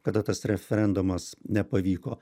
kada tas referendumas nepavyko